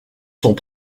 sont